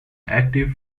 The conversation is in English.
active